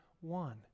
one